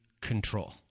control